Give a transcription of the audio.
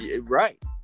Right